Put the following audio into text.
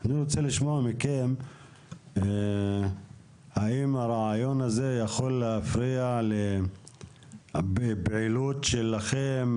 אני רוצה לשמוע מכם אם הרעיון הזה יכול להפריע לפעילות שלכם